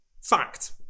Fact